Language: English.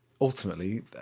ultimately